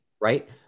Right